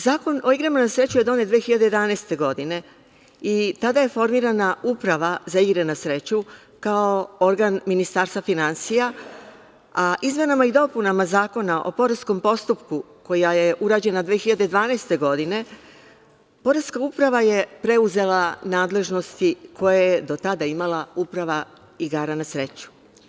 Zakon o igrama na sreću je donet 2011. godine i tada je formirana Uprava za igre na sreću kao organ Ministarstva finansija, a izmenama i dopunama Zakona o poreskom postupku, koja j urađena 2012. godine, poreska uprava je preuzela nadležnosti koje je do tada imala Uprava igara na sreću.